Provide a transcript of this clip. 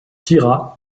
tira